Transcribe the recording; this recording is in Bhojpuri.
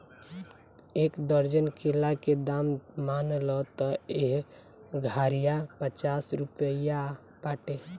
एक दर्जन केला के दाम मान ल त एह घारिया पचास रुपइआ बाटे